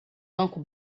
banco